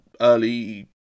early